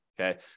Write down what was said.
Okay